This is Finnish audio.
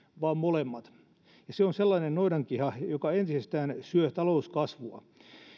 vaan molemmat ja se on sellainen noidankehä joka entisestään syö talouskasvua